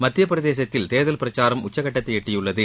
மத்திய பிரதேசத்தில் தேர்தல் பிரச்சாரம் உச்சக்கட்டத்தை எட்டியுள்ளது